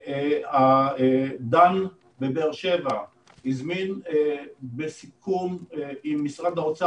דן בבאר שבע הזמין בסיכום עם משרד האוצר